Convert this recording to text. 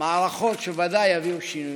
מערכות שוודאי יביאו שינוי.